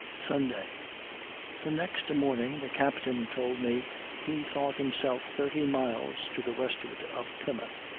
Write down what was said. sunday the next morning the captain told me he thought himself thirty miles to the westward of plymouth,